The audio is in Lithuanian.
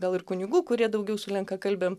gal ir kunigų kurie daugiau su lenkakalbėm